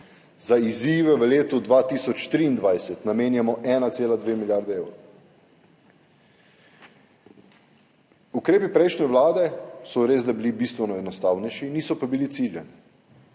za izzive v letu 2023 pa namenjamo 1,2 milijardi evrov. Ukrepi prejšnje vlade so bili res bistveno enostavnejši, niso pa bili ciljani.